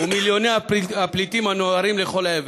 ומיליוני הפליטים הנוהרים לכל עבר,